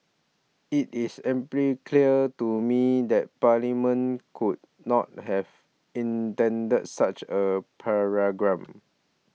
it is amply clear to me that Parliament could not have intended such a